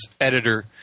editor